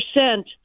percent